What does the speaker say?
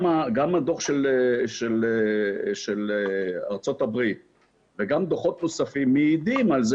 גם הדוח של ארצות הברית וגם דוחות נוספים מעידים על זה